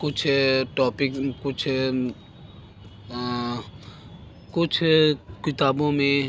कुछ टॉपिक कुछ कुछ किताबों में